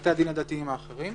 ובתי הדין הדתיים האחרים.